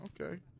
Okay